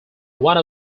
one